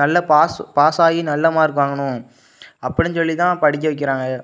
நல்ல pass pass ஆகி நல்ல மார்க் வாங்கணும் அப்படின் சொல்லி தான் படிக்க வைக்கின்றாங்க